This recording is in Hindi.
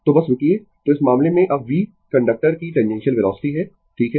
तो बस रूकिये तो इस मामले में अब v कंडक्टर की टैंजैन्सिअल वेलोसिटी है ठीक है